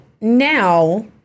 now